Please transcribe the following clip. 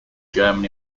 german